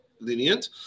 lenient